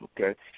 okay